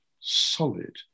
solid